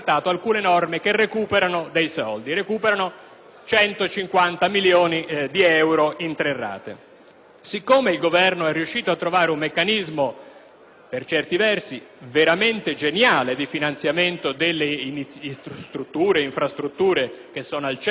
150 milioni di euro in tre rate. Il Governo è riuscito a trovare un meccanismo, per certi versi veramente geniale, di finanziamento delle strutture e infrastrutture che sono al centro di questo accordo che, più che Trattato di amicizia, si potrebbe definire